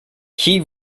kee